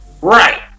right